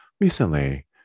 recently